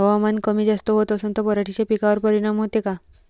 हवामान कमी जास्त होत असन त पराटीच्या पिकावर परिनाम होते का?